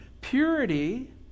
Purity